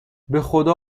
بخدا